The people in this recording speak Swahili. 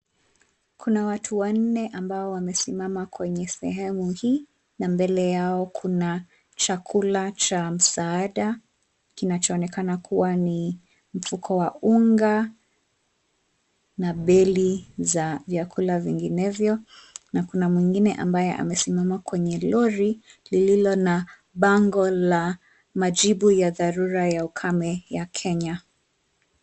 Kuna watu wanne ambao wamesimama kwenye sehemu hii na mbele yao kuna chakula cha msaada, kinachoonekana kuwa ni mfuko wa unga na beli za vyakula vinginevyo. Kuna mwingine ambaye amesimama kwenye lori lililo na bango la majibu ya dharura ya ukame ya Kenya.